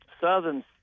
Southern